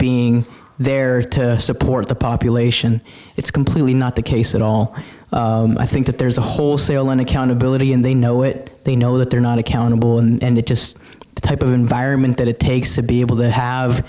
being there to support the population it's completely not the case at all i think that there's a wholesale an accountability and they know it they know that they're not accountable and it just the type of environment that it takes to be able to have